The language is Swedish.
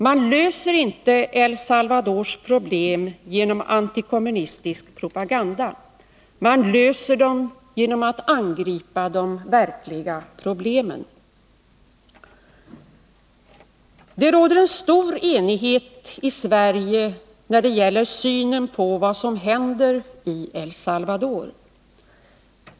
Man löser inte El Salvadors problem genom antikommunistisk propaganda. Man löser dem genom att angripa de verkliga problemen. Det råder en stor enighet i Sverige när det gäller synen på vad som händer i El Salvador.